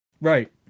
Right